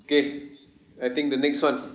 K I think the next one